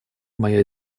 моя